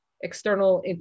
external